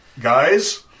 Guys